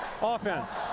offense